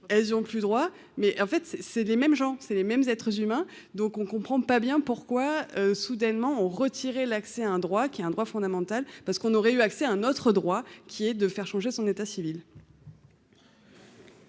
elles ont plus droit, mais en fait c'est c'est les mêmes gens, c'est les mêmes être s'humains, donc on comprend pas bien pourquoi soudainement ont retiré l'accès à un droit qui est un droit fondamental parce qu'on aurait eu accès à un autre droit qui est de faire changer son état civil.